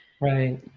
Right